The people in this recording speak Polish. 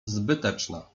zbyteczna